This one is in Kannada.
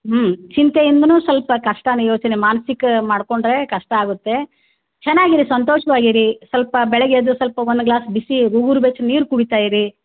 ಹ್ಞೂ ಚಿಂತೆಯಿಂದನೂ ಸ್ವಲ್ಪ ಕಷ್ಟನೇ ಯೋಚನೆ ಮಾನಸಿಕ ಮಾಡ್ಕೊಂಡರೆ ಕಷ್ಟ ಆಗುತ್ತೆ ಚೆನ್ನಾಗಿ ಇರಿ ಸಂತೋಷ್ವಾಗಿ ಇರಿ ಸ್ವಲ್ಪ ಬೆಳಿಗ್ಗೆ ಎದ್ದು ಸ್ವಲ್ಪ ಒನ್ ಗ್ಲಾಸ್ ಬಿಸಿ ಉಗ್ರು ಬೆಚ್ಚಗೆ ನೀರು ಕುಡೀತಾ ಇರಿ